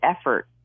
effort